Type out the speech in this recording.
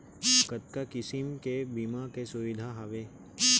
कतका किसिम के बीमा के सुविधा हावे?